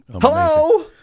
hello